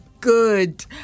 good